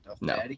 No